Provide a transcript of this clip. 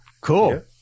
Cool